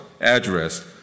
address